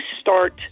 start